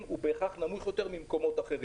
הוא בהכרח נמוך יותר מאשר במקומות אחרים.